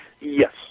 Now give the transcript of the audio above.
Yes